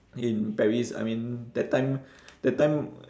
in paris I mean that time that time